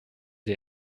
sie